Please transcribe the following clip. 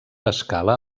escala